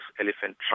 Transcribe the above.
elephant